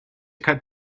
cut